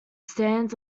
stands